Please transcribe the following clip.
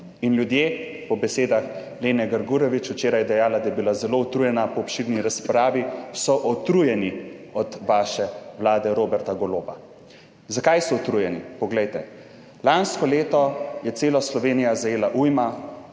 in ljudje po besedah Lene Grgurevič, včeraj dejala, da je bila zelo utrujena po obširni razpravi so utrujeni od vaše vlade Roberta Goloba. Zakaj so utrujeni? Poglejte, lansko leto je celo Slovenijo zajela ujma,